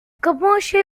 commercial